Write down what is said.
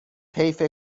طیف